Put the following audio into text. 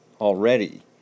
already